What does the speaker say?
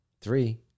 Three